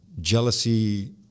jealousy